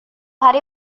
hari